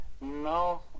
No